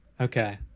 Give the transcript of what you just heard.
Okay